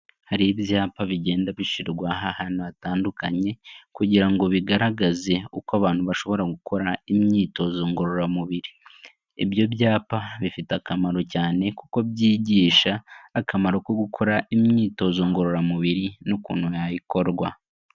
Hari ibyapa bigenda bishyirwaho ahantu hagiye hatandukanye, kugira ngo bigaragaze uko abantu bashobora gukora imyitozo ngororamubiri, ibyo byapa bifite akamaro cyane kuko byigisha akamaro ko gukora imyitozo ngororamubiri n'ukuntu nayo ikorwa.